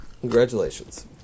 Congratulations